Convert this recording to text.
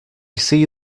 see